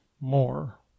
more